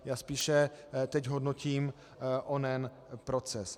Já spíše teď hodnotím onen proces.